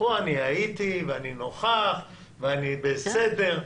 פה אני הייתי ואני נוכח ואני בסדר.